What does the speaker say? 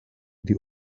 die